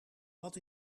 wat